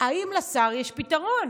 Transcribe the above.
האם לשר יש פתרון?